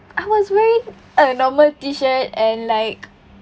I was wearing a normal t-shirt and like